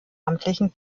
amtlichen